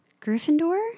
Gryffindor